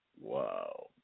Wow